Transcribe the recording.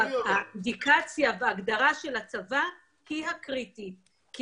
האינדיקציה וההגדרה של הצבא היא הקריטית כי